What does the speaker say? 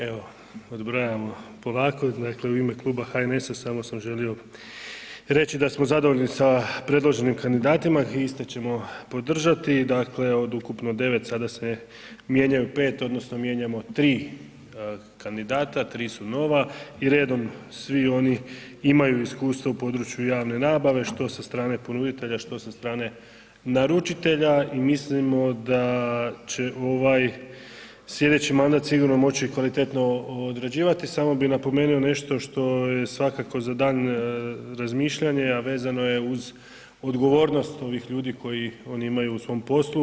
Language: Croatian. Evo, odbrojavamo ovako, dakle u ime kluba HNS-a samo sam želio reći da smo zadovoljni sa predloženim kandidatima i isto ćemo podržati, dakle od ukupno 9, sada se mijenjaju 5 odnosno mijenjamo 3 kandidata, 3 su nova i redom svi oni imaju iskustva u području javne nabave što sa strane ponuditelja, što sa strane naručitelja i mislimo da će ovaj slijedeći mandat sigurno moći kvalitetno odrađivati, samo bi napomenuo nešto što je svakako za daljnje razmišljanje a vezano je uz odgovornost ovih ljudi koji oni imaju u svom poslu.